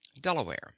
delaware